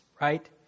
right